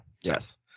Yes